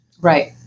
Right